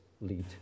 lead